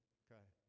okay